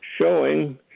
showing